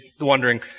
wondering